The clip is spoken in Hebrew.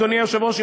אדוני היושב-ראש,